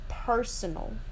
Personal